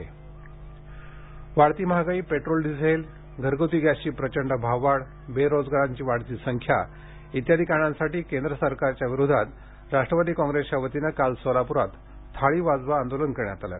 थाळी वाजवा वाढती महागाई पेट्रोल डिझेल घरगुती गॅसची प्रचंड भाववाढ बेरोजगारांची वाढती संख्या इत्यादी कारणांसाठी केंद्र सरकारच्या विरोधात राष्ट्रवादी काँप्रेसच्या वतीने काल सोलाप्रात थाळी वाजवा आंदोलन करण्यात आले